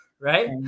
Right